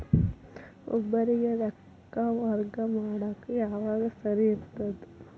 ಒಬ್ಬರಿಗ ರೊಕ್ಕ ವರ್ಗಾ ಮಾಡಾಕ್ ಯಾವಾಗ ಸರಿ ಇರ್ತದ್?